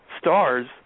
stars